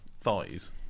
thighs